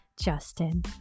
justin